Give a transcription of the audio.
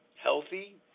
healthy